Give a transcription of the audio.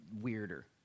weirder